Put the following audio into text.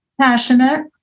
Passionate